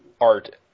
art